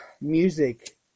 Music